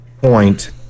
point